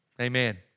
Amen